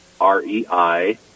R-E-I